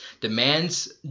demands